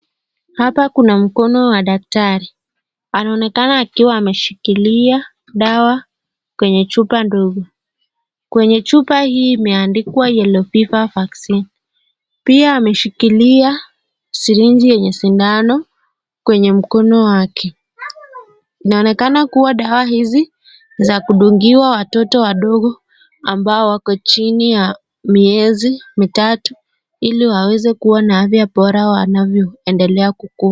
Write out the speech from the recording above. Hapa kuna mkono ya dakitari, anaonekana akiwa ameshikilia dawa kwenye chupa dogo. Kwenye chupa hii imeandikwa yellow fever vaccine pia ameshikilia sirinji yenye shindano kwenye mkono wake. Inaonekana kuwa dawa hizi za kudungiwa watoto wadogo ambao wako chini ya miezi mitatu, ili waweze kuwa na afya bora wanavyoendelea kukua.